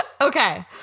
Okay